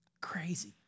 Crazy